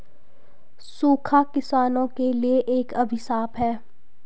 सूखा किसानों के लिए एक अभिशाप है